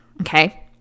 okay